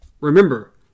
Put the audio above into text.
Remember